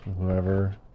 whoever